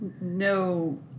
No